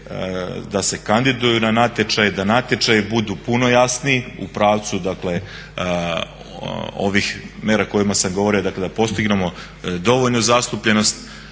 da se kandidiraju na natječaj, da natječaji budu puno jasniji u pravcu dakle ovih mjera o kojima sam govorio dakle da postignemo dovoljnu zastupljenost